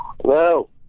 Hello